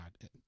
God